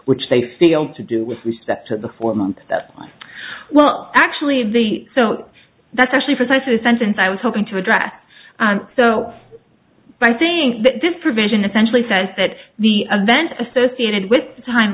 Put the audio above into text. which they feel to do with respect to the four months that well actually the so that's actually precisely the sentence i was hoping to address so i think that this provision essentially says that the event associated with t